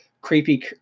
creepy